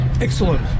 Excellent